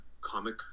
comic